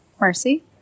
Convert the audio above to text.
Mercy